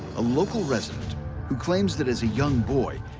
a local resident who claims that as a young boy,